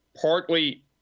partly